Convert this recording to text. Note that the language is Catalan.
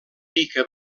pica